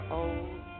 old